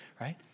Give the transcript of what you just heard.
right